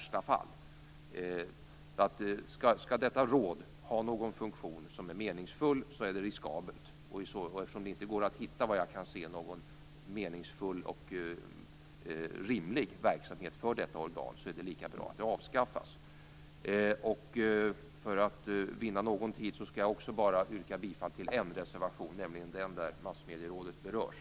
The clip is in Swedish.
Skall detta råd ha en meningsfull funktion är rådet riskabelt. Eftersom det inte går att hitta någon meningsfull verksamhet för detta organ är det lika bra att det avskaffas. För att vinna tid yrkar jag bifall bara till en reservation, nämligen reservation nr 7 där Massmedierådet berörs.